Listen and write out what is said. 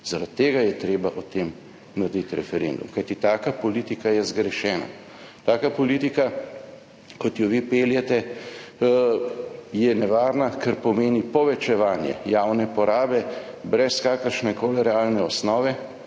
Zaradi tega je treba o tem narediti referendum. Kajti taka politika je zgrešena. Taka politika, kot jo vi peljete je nevarna, kar pomeni povečevanje javne porabe brez kakršnekoli realne osnove.